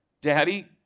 Daddy